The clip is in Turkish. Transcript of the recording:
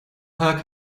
hayal